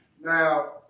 Now